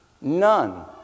None